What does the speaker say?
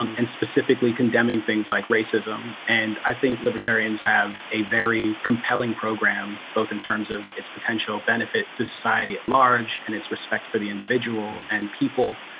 um and specifically condemning things like racism and i think libertarians have a very compelling program both in terms of its potential benefit to society at large and its respect for the individual and people